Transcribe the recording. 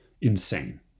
insane